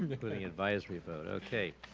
including advisory vote, okay.